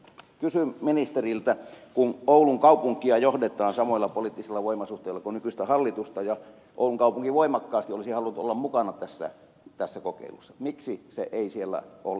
kysyn ministeriltä kun oulun kaupunkia johdetaan samoilla poliittisilla voimasuhteilla kuin nykyistä hallitusta ja oulun kaupunki voimakkaasti olisi halunnut olla mukana tässä kokeilussa miksi se ei siellä ole